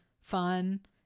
fun